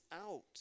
out